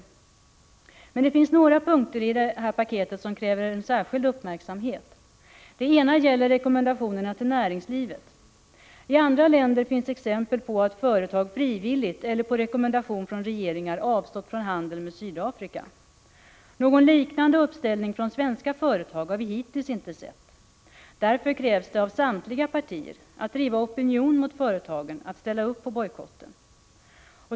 Det finns emellertid några punkter i detta paket som kräver särskild uppmärksamhet. Den ena gäller rekommendationerna till näringslivet. I andra länder finns exempel på att företag frivilligt eller på rekommendation från regeringar avstått från handel med Sydafrika. Någon liknande uppställning från svenska företag har vi hittills inte sett. Därför krävs det av samtliga partier att de driver opinion mot företagen att ställa upp på bojkotten.